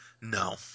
No